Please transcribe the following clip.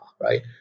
Right